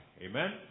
Amen